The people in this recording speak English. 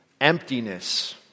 emptiness